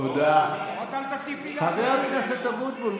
תודה רבה, חבר הכנסת אבוטבול.